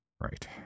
Right